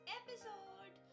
episode